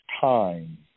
time